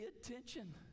attention